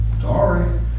Sorry